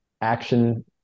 action